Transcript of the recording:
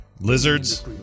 Lizards